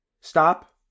Stop